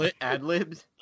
Ad-libs